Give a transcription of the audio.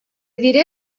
diré